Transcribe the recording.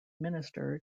minister